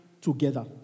together